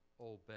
obey